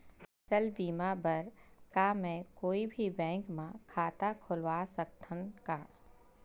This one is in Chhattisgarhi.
फसल बीमा बर का मैं कोई भी बैंक म खाता खोलवा सकथन का?